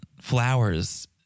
flowers